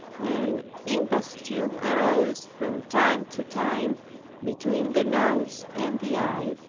an imposthume arose from time to time between the nose and the eye,